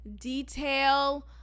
detail